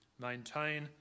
Maintain